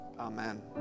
Amen